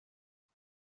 کنی